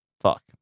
Fuck